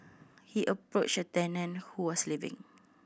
he approached a tenant who was leaving